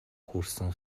хүрсэн